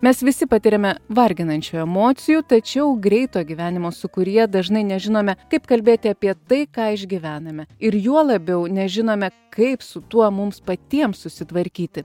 mes visi patiriame varginančių emocijų tačiau greito gyvenimo sūkuryje dažnai nežinome kaip kalbėti apie tai ką išgyvename ir juo labiau nežinome kaip su tuo mums patiems susitvarkyti